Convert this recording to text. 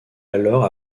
alors